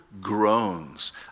groans